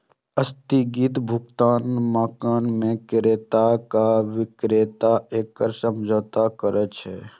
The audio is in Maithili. स्थगित भुगतान मानक मे क्रेता आ बिक्रेता एकटा समझौता करै छै